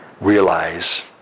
realize